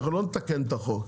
אנחנו לא נתקן את החוק.